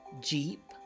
Jeep